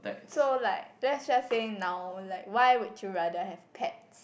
so like let's just say now like why would you rather have pets